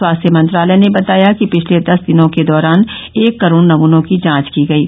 स्वास्थ्य मंत्रालय ने बताया कि पिछले दस दिनों के दौरान एक करोड़ नमुनों की जांच की गयी